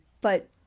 but-